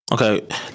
Okay